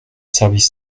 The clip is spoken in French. service